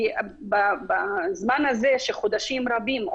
בזמן הזה שחודשים רבים,